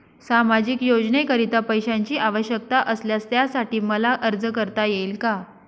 सामाजिक योजनेकरीता पैशांची आवश्यकता असल्यास त्यासाठी मला अर्ज करता येईल का?